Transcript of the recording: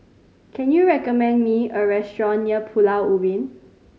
can you recommend me a restaurant near Pulau Ubin